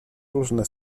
różne